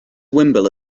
wimble